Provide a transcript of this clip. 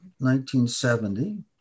1970